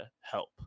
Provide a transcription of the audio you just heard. help